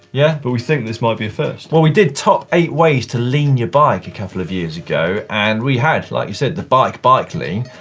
yeah but we think this might be a first. well we did top eight ways to lean your bike a couple of years ago and we had like you said the bike-bike lean.